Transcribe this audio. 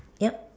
yup